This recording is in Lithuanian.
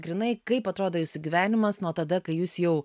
grynai kaip atrodo jūsų gyvenimas nuo tada kai jūs jau